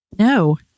No